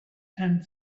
and